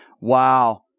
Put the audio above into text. wow